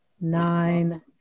nine